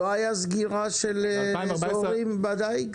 לא הייתה סגירה של אזורים בדיג?